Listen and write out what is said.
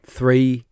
Three